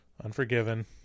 Unforgiven